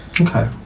Okay